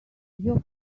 your